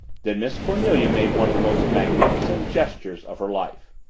then miss cornelia made one of the most magnificent gestures of her life.